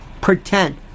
pretend